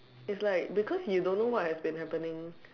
it's like because you don't know what has been happening